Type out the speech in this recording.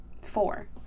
four